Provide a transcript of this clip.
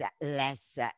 less